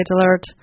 alert